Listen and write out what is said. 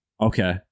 Okay